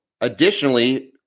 Additionally